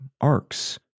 arcs